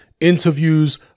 interviews